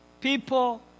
people